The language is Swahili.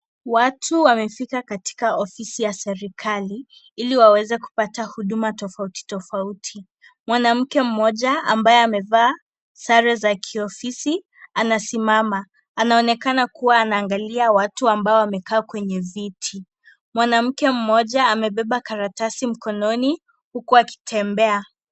Watu wamefika katika ofisi ya serekali, ili wakaweze kupata huduma tofauti tofauti. Mwanamke mmoja ambaye amevaa sare za kiofisi, anasimama. Anaonekana kuwa anaangalia watu ambao wamekaa kwenye viti. Mwanamke mmoja, amebeba karatasi mkononi huku akitembea.